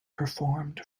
performed